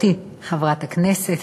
חברתי חברת הכנסת,